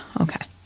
okay